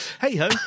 hey-ho